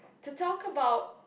to talk about